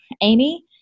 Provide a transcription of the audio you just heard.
Amy